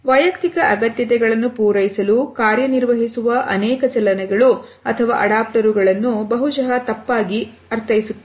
ವೈಯಕ್ತಿಕ ಅಗತ್ಯಗಳನ್ನು ಪೂರೈಸಲು ಕಾರ್ಯನಿರ್ವಹಿಸುವ ಅನೇಕ ಚಲನೆಗಳು ಅಥವಾ ಅಡಾಪ್ಟರುಗಳನ್ನು ಬಹುಶಹ ತಪ್ಪಾಗಿ ಅರ್ಥೈಸಲ್ಪಡುತ್ತವೆ